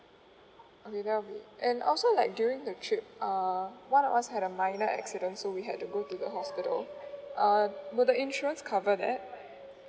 okay that will be and also like during the trip uh one of us had a minor accident so we had to go to the hospital uh will the insurance cover that